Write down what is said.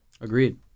Agreed